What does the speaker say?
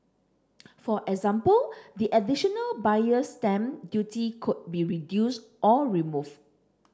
for example the additional Buyer's Stamp Duty could be reduced or removed